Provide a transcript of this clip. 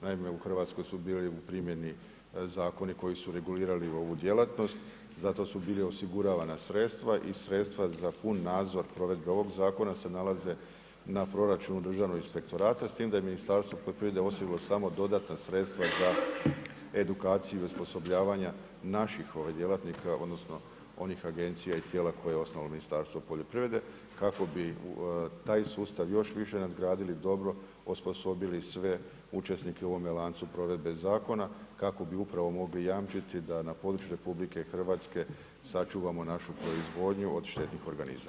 Naime, u Hrvatskoj su bili u primjeni zakoni koji su regulirali ovu djelatnost, za to su bila osiguravana sredstva i sredstva za pun nadzor provedbe ovog zakona se nalaze na proračunu državnog inspektorata, s time da je Ministarstvo poljoprivrede osiguralo samo dodatna sredstva za edukaciju i osposobljavanja naših djelatnika odnosno onih agencija i tijela koje je osnovalo Ministarstvo poljoprivrede, kako bi taj sustav još više nadgradili dobro, osposobili sve učesnike u ovome lancu provedbe zakona kako bi upravo mogli jamčiti da na području RH sačuvamo našu proizvodnju od štetnih organizama.